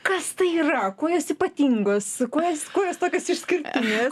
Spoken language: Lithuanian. kas tai yra kuo jos ypatingos kuo jos kuo jos tokios išskirtinės